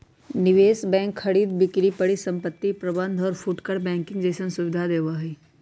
निवेश बैंक खरीद बिक्री परिसंपत्ति प्रबंध और फुटकर बैंकिंग जैसन सुविधा देवा हई